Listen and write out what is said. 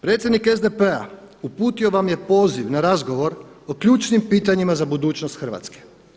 Predsjednik SDP-a uputio vam je poziv na razgovor o ključnim pitanjima za budućnost Hrvatske.